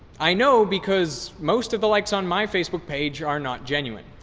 i know because most of the likes on my facebook page are not genuine.